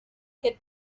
que